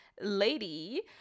lady